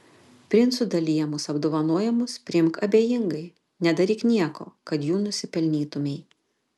princų dalijamus apdovanojimus priimk abejingai nedaryk nieko kad jų nusipelnytumei